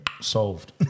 Solved